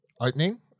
opening